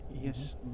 Yes